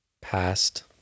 past